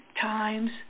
times